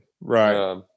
Right